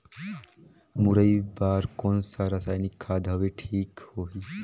मुरई बार कोन सा रसायनिक खाद हवे ठीक होही?